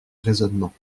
raisonnement